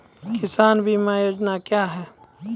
किसान बीमा योजना क्या हैं?